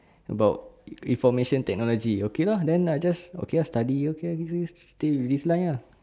about information technology okay lah then I just okay lah study okay give you stay with this line ah